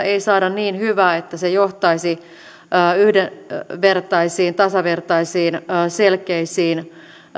ei saada niin hyvää että se johtaisi yhdenvertaisiin tasavertaisiin selkeisiin